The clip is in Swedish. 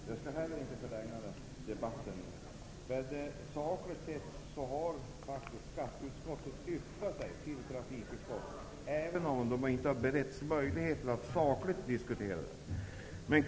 Fru talman! Jag skall inte heller förlänga debatten. Sakligt sett har skatteutskottet yttrat sig till trafikutskottet i denna fråga, även om de inte har beretts möjlighet att sakligt diskutera den.